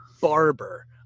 Barber